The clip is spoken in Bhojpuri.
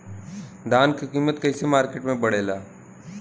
धान क कीमत कईसे मार्केट में बड़ेला?